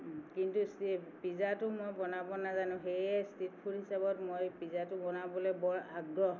কিন্তু পিজ্জাটো মই বনাব নাজানোঁ সেয়ে ষ্ট্ৰিট ফুড হিচাপত মই পিজাটো বনাবলৈ বৰ আগ্ৰহ